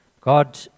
God